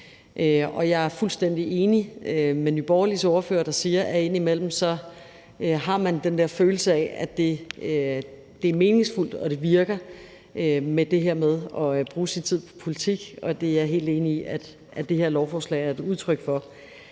Jeg er fuldstændig enig med Nye Borgerliges ordfører, der sagde, at indimellem har man den der følelse af, at det er meningsfuldt og det virker at bruge sin tid på politik, og det er jeg helt enig i at det her lovforslag er et udtryk for.